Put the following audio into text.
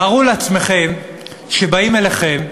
תארו לעצמכם שבאים אליכם,